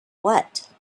what